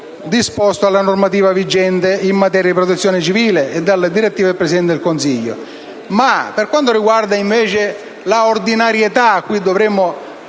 disposto dalla normativa vigente in materia di Protezione civile e dalle direttive del Presidente del Consiglio dei ministri. Per quanto riguarda invece l'ordinarietà, della quale dovremmo